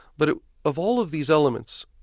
but of all of these elements,